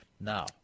now